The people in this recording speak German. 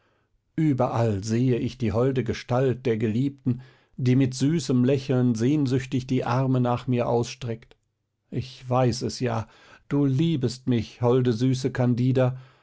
überall sehe ich die holde gestalt der geliebten die mit süßem lächeln sehnsüchtig die arme nach mir ausstreckt ich weiß es ja du liebest mich holde süße candida